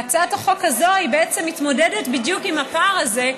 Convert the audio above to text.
והצעת החוק הזאת מתמודדת בדיוק עם הפער הזה.